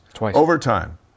Overtime